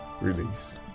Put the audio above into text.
release